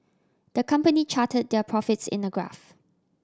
the company charted their profits in a graph